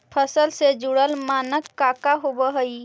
फसल से जुड़ल मानक का का होव हइ?